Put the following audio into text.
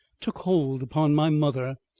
took hold upon my mother,